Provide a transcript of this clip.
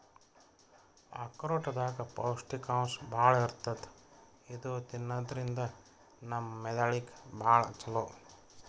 ಆಕ್ರೋಟ್ ದಾಗ್ ಪೌಷ್ಟಿಕಾಂಶ್ ಭಾಳ್ ಇರ್ತದ್ ಇದು ತಿನ್ನದ್ರಿನ್ದ ನಮ್ ಮೆದಳಿಗ್ ಭಾಳ್ ಛಲೋ